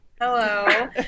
hello